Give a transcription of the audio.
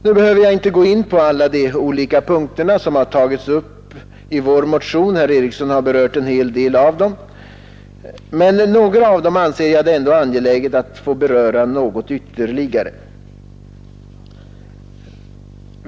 Nu behöver jag inte gå in på alla de olika punkterna i vår motion — herr Eriksson i Arvika har berört en hel del av dem — men några av dem anser jag det ändå väsentligt att få uppehålla mig något vid.